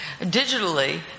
Digitally